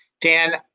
Dan